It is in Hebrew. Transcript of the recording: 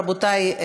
רבותי,